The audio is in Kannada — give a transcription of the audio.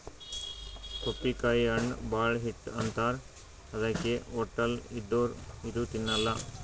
ಪಪ್ಪಿಕಾಯಿ ಹಣ್ಣ್ ಭಾಳ್ ಹೀಟ್ ಅಂತಾರ್ ಅದಕ್ಕೆ ಹೊಟ್ಟಲ್ ಇದ್ದೋರ್ ಇದು ತಿನ್ನಲ್ಲಾ